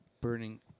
Burning